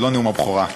זה לא נאום הבכורה.